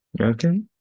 Okay